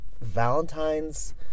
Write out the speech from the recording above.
Valentine's